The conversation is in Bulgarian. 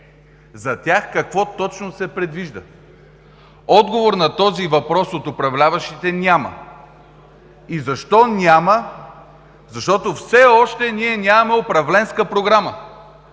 за тях какво точно се предвижда? Отговор на този въпрос от управляващите няма. И защо няма? Защото все още ние нямаме управленска програма,